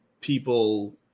people